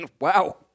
wow